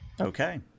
Okay